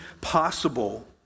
possible